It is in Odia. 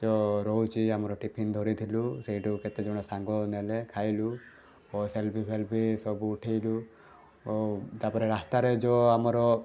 ଯୋ ରହୁଛି ଆମର ଟିଫିନ୍ ଧରିଥିଲୁ ସେଇଠୁ କେତେଜଣ ସାଙ୍ଗ ନେଲେ ଖାଇଲୁ ଓ ସେଲ୍ଫିଫେଲ୍ପି ସବୁ ଉଠେଇଲୁ ଓ ତା'ପରେ ରାସ୍ତାରେ ଯେଉଁ ଆମର